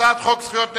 התשס"ט 2009,